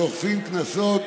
שאוכפים קנסות